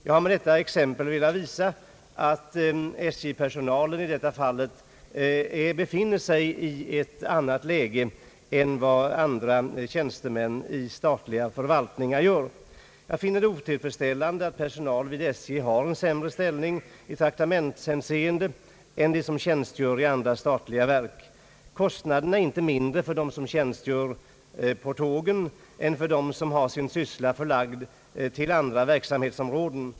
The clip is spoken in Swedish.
Jag har med detta exempel velat visa att SJ-personalen i detta fall befinner sig i ett sämre läge än vad andra tjänstemän i statliga förvaltningar gör. Jag finner det otillfredsställande att personal vid SJ har en sämre ställning i traktamentshänseende än de som tjänstgör i andra statliga verk. Kostnaderna är inte mindre för dem som tjänstgör på tågen än för dem som har sin syssla förlagd till andra verksamhetsområden.